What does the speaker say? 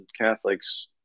Catholics